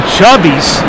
Chubby's